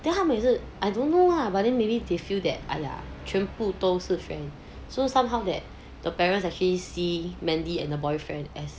then 他们也是 I don't know lah but then maybe they feel that !aiya! 全部都是 friend so somehow that the parents actually see mandy and her boyfriend as